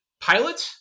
pilot